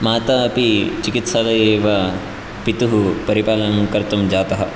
माता अपि चिकित्सालये एव पितुः परिपालनं कर्तुं जातः